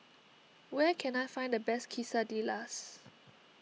where can I find the best Quesadillas